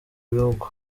bihugu